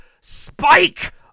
spike